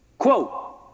Quote